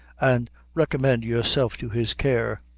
an' recommend yourself to his care.